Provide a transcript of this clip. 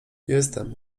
jestem